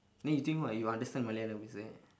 then you think what you understand malayalam is it